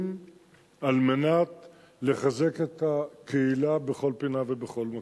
על מנת לחזק את הקהילה בכל פינה ובכל מקום.